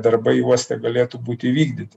darbai uoste galėtų būti įvykdyti